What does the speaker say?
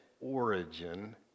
origin